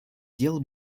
дел